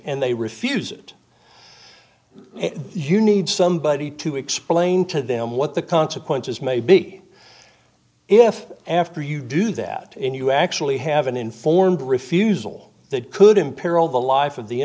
and they refuse it and you need somebody to explain to them what the consequences may be if after you do that and you actually have an informed refusal that could imperil the life of the